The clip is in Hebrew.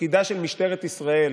תפקידה של משטרת ישראל